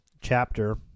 Chapter